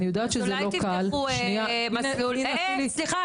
אני יודעת שזה לא קל --- אולי תפתחו מסלול --- שנייה --- סליחה,